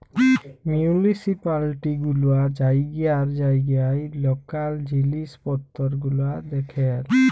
municipality গুলা জাইগায় জাইগায় লকাল জিলিস পত্তর গুলা দ্যাখেল